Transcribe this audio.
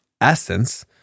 essence